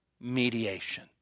Mediation